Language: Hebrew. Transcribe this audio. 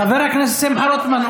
חבר הכנסת שמחה רוטמן,